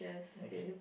okay